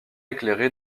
éclairé